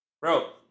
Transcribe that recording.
Bro